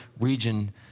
region